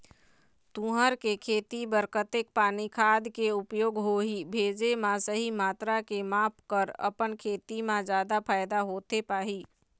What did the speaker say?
तुंहर के खेती बर कतेक पानी खाद के उपयोग होही भेजे मा सही मात्रा के माप कर अपन खेती मा जादा फायदा होथे पाही?